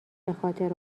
بخاطر